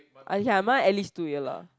ah ya mind at least two year lah